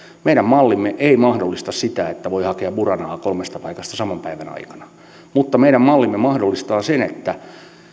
meidän mallimme ei mahdollista sitä että voi hakea buranaa kolmesta paikasta saman päivän aikana mutta meidän mallimme mahdollistaa sen että